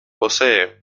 posee